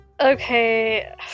Okay